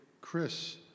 Chris